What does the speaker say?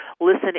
listen